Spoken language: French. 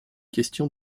question